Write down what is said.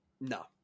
No